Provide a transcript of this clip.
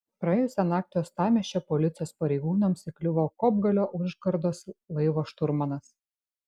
praėjusią naktį uostamiesčio policijos pareigūnams įkliuvo kopgalio užkardos laivo šturmanas